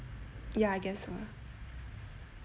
ya I guess so